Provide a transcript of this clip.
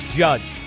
judge